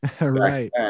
right